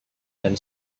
dan